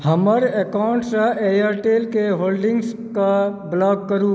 हमर अकाउण्ट सँ एयरटेल के होल्डिंग्स के ब्लॉक करू